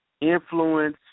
influence